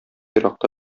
еракта